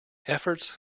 efforts